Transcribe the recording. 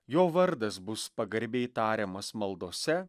jo vardas bus pagarbiai tariamas maldose